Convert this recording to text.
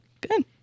Good